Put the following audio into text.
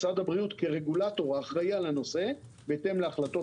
משרד הבריאות כרגולטור האחראי על הנושא בהתאם להחלטות